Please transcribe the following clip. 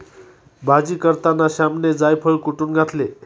भाजी करताना श्यामने जायफळ कुटुन घातले